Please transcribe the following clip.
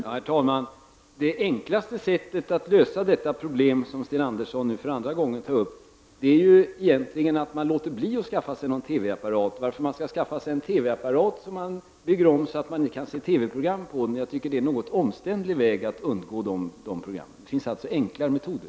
Herr talman! Det enklaste sättet att lösa det problem som Sten Andersson nu för andra gången tar upp är egentligen att man låter bli att skaffa sig en TV-apparat. Varför skall man skaffa sig en TV-apparat som man bygger om så att man inte kan se TV-program på den? Jag tycker att det är en något omständlig väg för att undgå de programmen. Det finns enklare metoder.